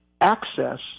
access